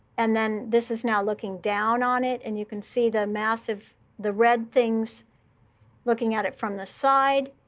and then this is now looking down on it. and you can see the massive the red things looking at it from the side,